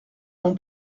non